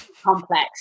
Complex